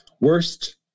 Worst